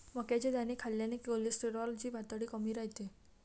मक्याचे दाणे खाल्ल्याने कोलेस्टेरॉल ची पातळी कमी राहते